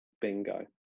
Bingo